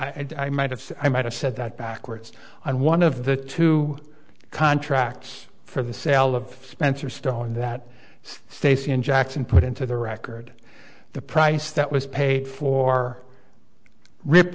no i might have i might have said that backwards on one of the two contracts for the sale of spencer stone that states in jackson put into the record the price that was paid for rip